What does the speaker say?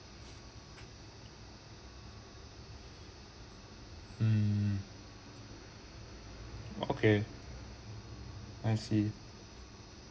mm okay I see